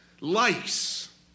lice